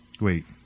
Wait